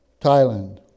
Thailand